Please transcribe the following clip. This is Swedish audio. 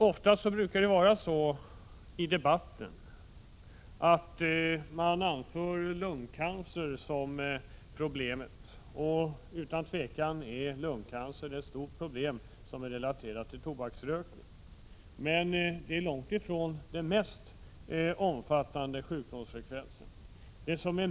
Ofta anförs i debatten lungcancer som problemet. Utan tvivel är lungcancer ett stort problem, som är relaterat till tobaksrökning. Men här är sjukdomsfrekvensen långt ifrån den största.